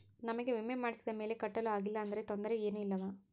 ನಮಗೆ ವಿಮೆ ಮಾಡಿಸಿದ ಮೇಲೆ ಕಟ್ಟಲು ಆಗಿಲ್ಲ ಆದರೆ ತೊಂದರೆ ಏನು ಇಲ್ಲವಾ?